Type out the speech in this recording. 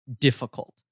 difficult